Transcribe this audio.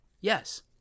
Yes